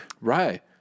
Right